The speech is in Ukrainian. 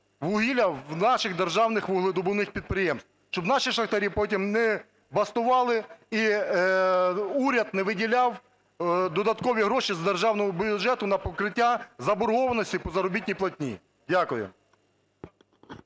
вугілля в наших державних вугледобувних підприємств, щоб наші шахтарі потім не бастували і уряд не виділяв додаткові гроші з державного бюджету на покриття заборгованості по заробітній платні. Дякую.